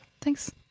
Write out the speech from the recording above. Thanks